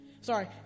sorry